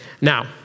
Now